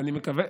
אני מקווה.